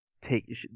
take